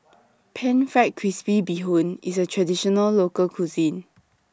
Pan Fried Crispy Bee Hoon IS A Traditional Local Cuisine